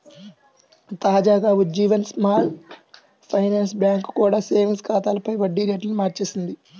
తాజాగా Ujjivan Small Finance Bank కూడా savings ఖాతాలపై వడ్డీ రేట్లను మార్చేసింది